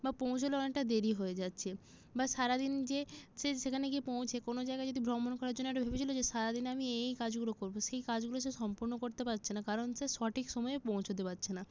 বা পৌঁছতে অনেকটা দেরি হয়ে যাচ্ছে বা সারাদিন যে সে সেখানে গিয়ে পৌঁছে কোনো জায়াগায় যদি ভ্রমণ করার জন্য একটু ভেবেছিলো যে সারাদিন আমি এই এই কাজগুলো করব সেই কাজগুলো সে সম্পূর্ণ করতে পারছে না কারণ সে সঠিক সময়ে পৌঁছতে পারছে না